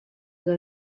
que